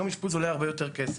יום אשפוז עולה הרבה יותר כסף.